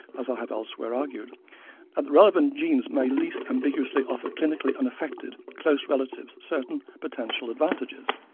as i have elsewhere argued, that the relevant genes may least ambiguously offer clinically unaffected close relatives certain potential advantages.